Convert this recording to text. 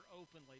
openly